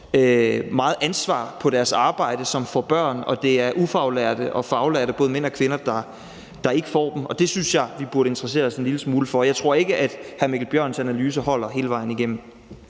meget ansvar på deres arbejde, som får børn, og det er ufaglærte og faglærte, både mænd og kvinder, der ikke får dem. Det synes jeg vi burde interessere os en lille smule for. Jeg tror ikke, at hr. Mikkel Bjørns analyse holder hele vejen igennem.